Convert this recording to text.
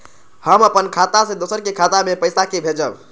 हम अपन खाता से दोसर के खाता मे पैसा के भेजब?